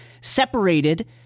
separated